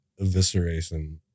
evisceration